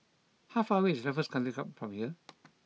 how far away is Raffles Country Club from here